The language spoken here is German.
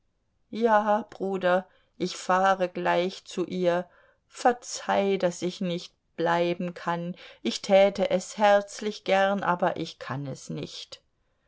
ja bruder ich fahre gleich zu ihr verzeih daß ich nicht bleiben kann ich täte es herzlich gern aber ich kann es nicht